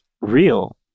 real